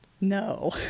No